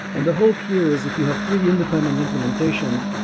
and the whole peer is if you have three independent implementations,